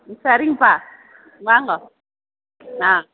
சரிங்கப்பா வாங்க ஆ